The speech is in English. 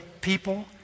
people